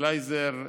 גלייזר,